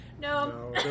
No